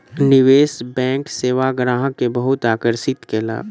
निवेश बैंक सेवा ग्राहक के बहुत आकर्षित केलक